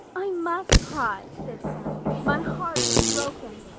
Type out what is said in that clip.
i must cry, said anne. my heart is broken.